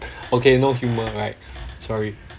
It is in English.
okay no humour right sorry